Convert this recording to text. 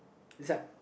Zad